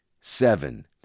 seven